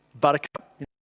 Buttercup